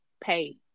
pay